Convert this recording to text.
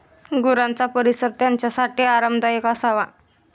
गुरांचा परिसर त्यांच्यासाठी आरामदायक असावा